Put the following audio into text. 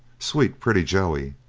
sweet pretty joey,